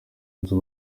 nzu